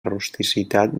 rusticitat